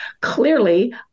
Clearly